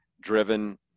driven